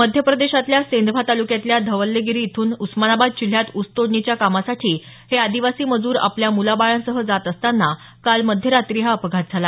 मध्यप्रेदशातल्या सेंधवा तालुक्यातल्या धवल्यागिरी इथून उस्मानाबाद जिल्ह्यात ऊसतोडणीच्या कामासाठी हे आदिवासी मजूर आपल्या मुलाबाळासह जात असतांना काल मध्यरात्री हा अपघात झाला